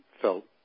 felt